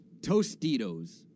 Tostitos